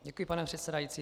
Děkuji, pane předsedající.